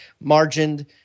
margined